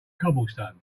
cobblestone